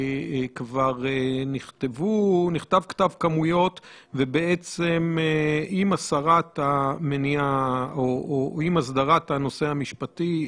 כבר נכתב כתב כמויות ובעצם עם הסרת המניעה או עם הסדרת הנושא המשפטי,